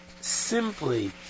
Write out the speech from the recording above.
simply